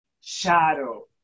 shadow